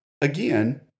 again